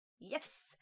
Yes